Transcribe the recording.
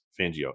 Fangio